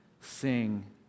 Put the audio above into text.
sing